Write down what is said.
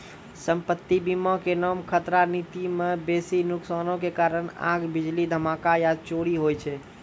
सम्पति बीमा के नाम खतरा नीति मे बेसी नुकसानो के कारण आग, बिजली, धमाका या चोरी होय छै